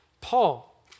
Paul